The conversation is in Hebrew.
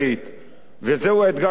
וזהו האתגר של הממשלה,